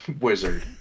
wizard